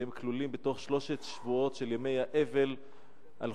שכלולים בשלושת השבועות של ימי האבל על